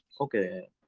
Okay